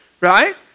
right